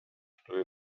что